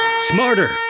Smarter